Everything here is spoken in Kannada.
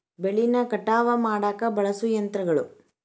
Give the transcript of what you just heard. ಬೆಳಿನ ಕಟಾವ ಮಾಡಾಕ ಬಳಸು ಯಂತ್ರಗಳು